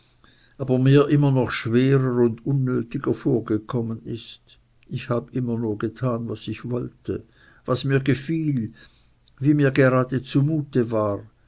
aber mir immer noch schwerer und unnötiger vorgekommen ist ich hab immer nur getan was ich wollte was mir gefiel wie mir gerade zumute war